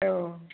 औ